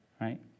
right